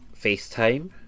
FaceTime